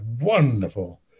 wonderful